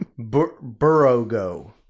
Burrogo